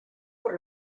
por